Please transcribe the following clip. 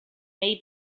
may